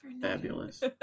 Fabulous